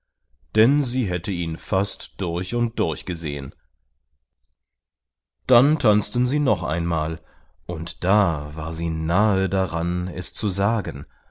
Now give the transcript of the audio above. denn sie hätte ihn fast durch und durch gesehen dann tanzten sie noch einmal und da war sie nahe daran es zu sagen